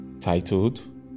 Titled